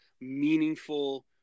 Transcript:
meaningful